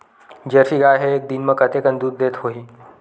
Jersey गाय ह एक दिन म कतेकन दूध देत होही?